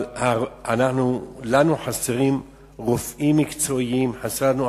אבל חסרים לנו רופאים מקצועיים,